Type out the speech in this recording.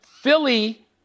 Philly